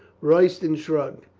royston shrugged.